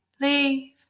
leave